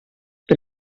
per